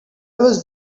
was